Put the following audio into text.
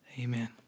amen